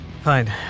Fine